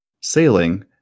Sailing